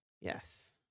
Yes